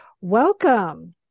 Welcome